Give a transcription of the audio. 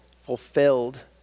fulfilled